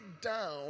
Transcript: down